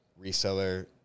reseller